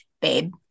babe